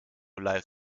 live